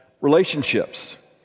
relationships